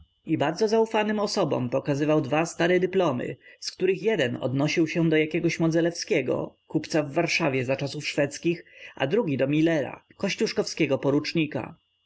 i bardzo zaufanym osobom pokazywał dwa stare dyplomy z których jeden odnosił się do jakiegoś modzelewskiego kupca w warszawie za czasów szwedzkich a drugi do milera kościuszkowskiego porucznika